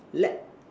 let